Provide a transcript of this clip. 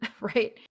right